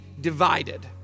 divided